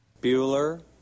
Bueller